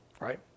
right